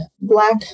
black